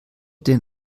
den